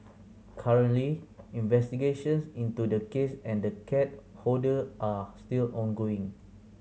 currently investigations into the case and the cat hoarder are still ongoing